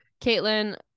caitlin